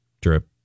drip